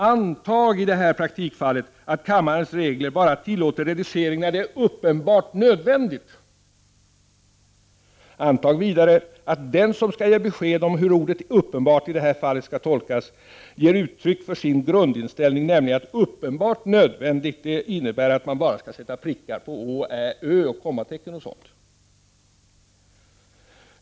Antag i det här praktikfallet att kammarens regler bara tillåter redigering när det är ”uppenbart nödvändigt”. Antag vidare att den som skall ge besked om hur ordet ”uppenbart” i det här fallet skall tolkas, ger uttryck för sin grundinställning, nämligen att ”uppenbart nödvändigt” innebär att man bara skall sätta prickar över å, ä, ö, kommatecken och liknande.